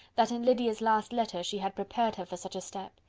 that in lydia's last letter she had prepared her for such a step.